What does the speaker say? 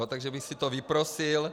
Takže bych si to vyprosil.